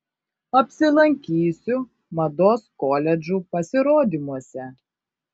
apsilankysiu mados koledžų pasirodymuose